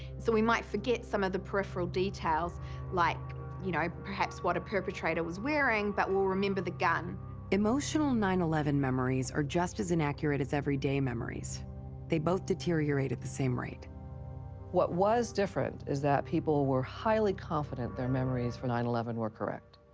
so we might forget some of the peripheral details like you know perhaps what a perpetrator was wearing but we'll remember the gun emotional nine eleven memories are just as inaccurate as everyday memories they both deteriorate at the same rate. phelps what was different is that people were highly confident their memories for the nine eleven were correct.